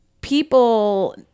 people